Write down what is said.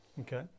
Okay